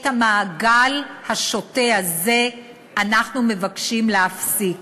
את המעגל השוטה הזה אנחנו מבקשים להפסיק